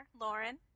Lauren